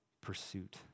pursuit